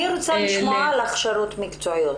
אני רוצה לשמוע על הכשרות מקצועיות.